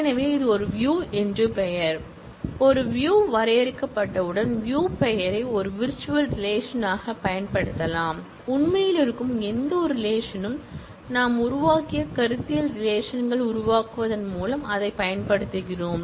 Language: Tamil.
எனவே இது ஒரு வியூ பெயர் ஒரு வியூ வரையறுக்கப்பட்டவுடன் வியூ பெயரை ஒரு விர்ச்சுவல் ரிலேஷன் ஆக பயன்படுத்தலாம் உண்மையில் இருக்கும் எந்தவொரு ரிலேஷன் யும் நாம் உருவாக்கிய கருத்தியல் ரிலேஷன்கள் உருவாக்குவதன் மூலம் அதைப் பயன்படுத்துகிறோம்